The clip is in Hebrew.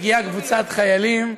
מגיעה קבוצת חיילים מזיעה,